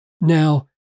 now